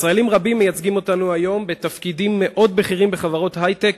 ישראלים רבים מייצגים אותנו היום בתפקידים מאוד בכירים בחברות היי-טק,